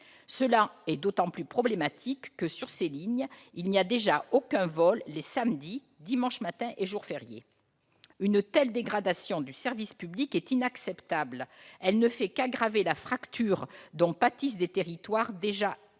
Cela est d'autant plus problématique que, sur ces lignes, il n'y a déjà aucun vol les samedis, dimanches matin et jours fériés. Une telle dégradation du service public est inacceptable et ne fait qu'aggraver la fracture dont pâtissent des territoires déjà très